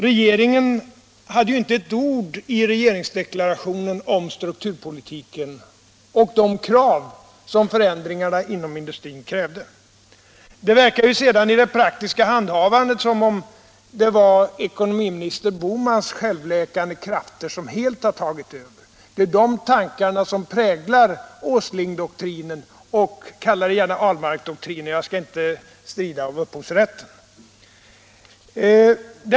Regeringen hade ju inte ett enda ord i regeringsdeklarationen om strukturpolitiken och de krav som förändringarna inom industrin krävde. Det verkar sedan i det praktiska handhavandet som om det var ekonomiministern Bohmans självläkande krafter som helt har tagit överhand. Det är de tankarna som präglar Åslingdoktrinen och — kalla den gärna så; jag skall inte strida om upphovsrätten — Ahlmarkdoktrinen.